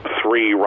three